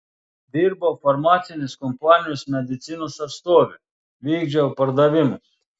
dirbau farmacinės kompanijos medicinos atstove vykdžiau pardavimus